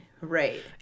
right